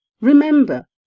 Remember